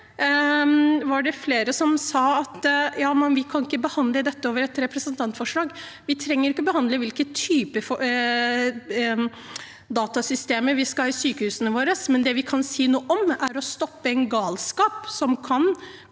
det flere som sa at vi ikke kan behandle dette gjennom et representantforslag. Vi trenger ikke å behandle hvilke typer datasystemer vi skal ha i sykehusene våre, men det vi kan si noe om, er det å stoppe en galskap som kan